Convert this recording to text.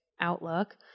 outlook